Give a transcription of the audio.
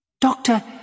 Doctor